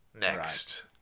next